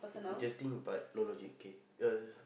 interesting but no logic kay the